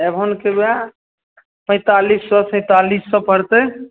एवनके वएह पैंतालिस सओ सैंतालिस सओ पड़तय